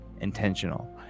intentional